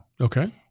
Okay